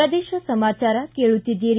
ಪ್ರದೇಶ ಸಮಾಚಾರ ಕೇಳುತ್ತೀದ್ದಿರಿ